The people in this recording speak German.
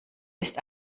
ist